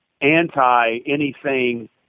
anti-anything